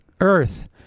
earth